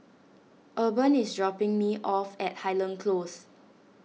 Urban is dropping me off at Highland Close